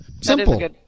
Simple